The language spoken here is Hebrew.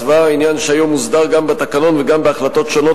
מוסדר גם בתקנון וגם בהחלטות שונות